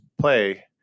play